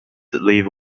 leave